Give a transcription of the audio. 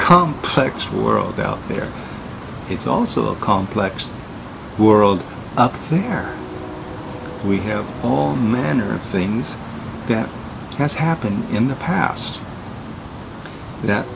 complex world out there it's also a complex world up there we have all manner of things that has happened in the past that